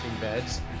beds